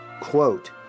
quote